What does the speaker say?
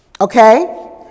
Okay